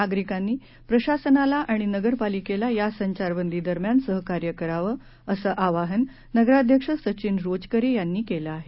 नागरिकांनी प्रशासनाला आणि नगरपालिकेला या संचारबंदी दरम्यान सहकार्य करावं अस आवाहन नगराध्यक्ष सचिन रोचकरी यांनी केलं आहे